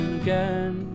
again